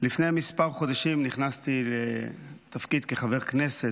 לפני כמה חודשים נכנסתי לתפקיד כחבר כנסת.